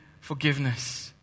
forgiveness